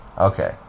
okay